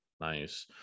nice